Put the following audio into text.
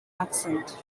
accent